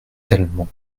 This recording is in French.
tellement